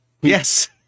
Yes